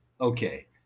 Okay